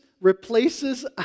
replaces